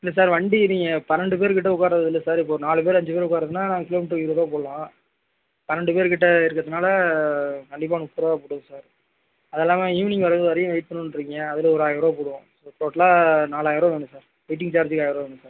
இல்லை சார் வண்டி நீங்கள் பன்னெண்டு பேர் கிட்ட உட்காறது வந்து சார் இப்போ ஒரு நாலு பேர் அஞ்சு பேர் உட்கறதுனா கிலோமீட்டர்க்கு ஒரு இருபது ரூபா போடலாம் பன்னெண்டு பேர் கிட்ட இருக்கிறதுனால கண்டிப்பாக முப்பது ரூபா போட்டுக்க சார் அதெல்லாமல் ஈவினிங் வர்ற வரைக்கும் வெயிட் பண்ணனும்னு சொல்லிருக்கீங்க அதில் ஒரு ஆயிரம் ரூபா போடுவோம் டோட்டல்லாக நாலாயிரம் வேணும் சார் வெய்ட்டிங் சார்ஜ்க்கு ஆயிரம் ரூபா வேணும் சார்